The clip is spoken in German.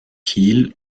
kiel